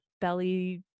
belly